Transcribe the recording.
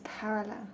parallel